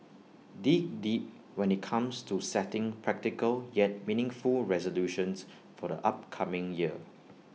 dig deep when IT comes to setting practical yet meaningful resolutions for the upcoming year